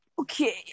Okay